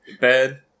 bed